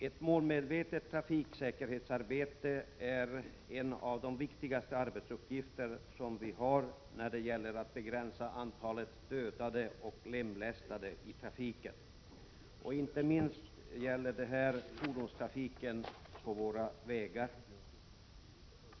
Ett målmedvetet trafiksäkerhetsarbete är en av de viktigaste arbetsuppgifter som vi har när det gäller att begränsa antalet dödade och lemlästade i trafiken. Inte minst gäller det fordonstrafiken på våra vägar.